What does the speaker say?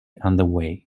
underway